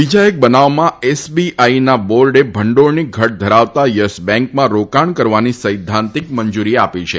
બીજા એક બનાવમાં ડલાના બોર્ડે ભંડોળની ઘટ ધરાવતા યશ બેંકમાં રોકાણ કરવાની સૈદ્ધાંતિક મંજૂરી આપી છે